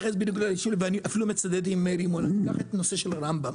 אקח את הנושא של רמב"ם.